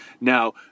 now